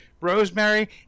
Rosemary